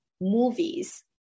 movies